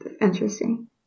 interesting